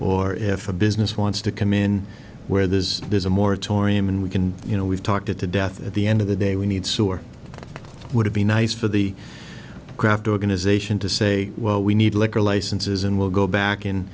or if a business wants to come in where there's there's a moratorium and we can you know we've talked it to death at the end of the day we need sewer would be nice for the craft organization to say well we need liquor licenses and we'll go back